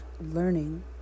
Learning